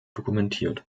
dokumentiert